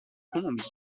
colombie